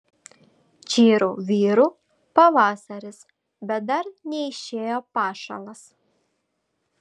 čyru vyru pavasaris bet dar neišėjo pašalas